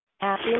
Happy